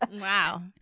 wow